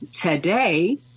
today